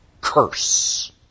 curse